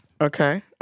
Okay